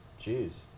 jeez